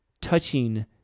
touching